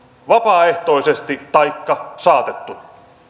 vapaaehtoisesti taikka saatettuna